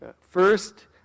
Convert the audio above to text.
First